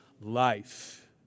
life